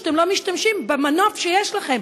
שאתם לא משתמשים במנוף שיש לכם?